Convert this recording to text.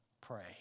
pray